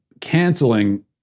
canceling